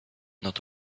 not